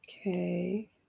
Okay